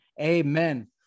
amen